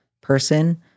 person